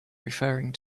referring